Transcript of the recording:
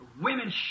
Women